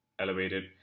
elevated